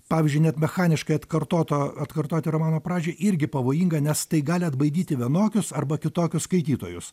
pavyzdžiui net mechaniškai atkartoto atkartoti romano pradžią irgi pavojinga nes tai gali atbaidyti vienokius arba kitokius skaitytojus